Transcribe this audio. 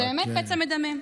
זה באמת פצע מדמם.